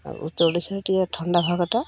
ଆଉ ଉତ୍ତର ଓଡ଼ିଶାରେ ଟିକେ ଥଣ୍ଡା ଭାଗଟା